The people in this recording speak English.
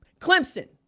Clemson